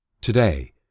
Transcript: Today